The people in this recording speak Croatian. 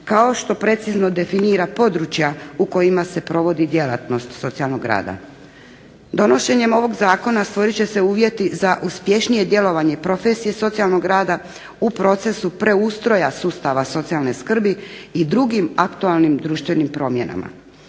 kao što precizno definira područja u kojima se provodi djelatnost socijalnog rada. Donošenjem ovog Zakona stvoriti će se uvjeti uspješnije djelovanje profesije socijalnog rada u procesu preustroja sustava socijalne skrbi i drugim aktualnim društvenim promjenama.